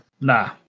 nah